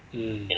mm